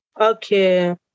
Okay